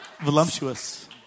Voluptuous